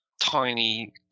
tiny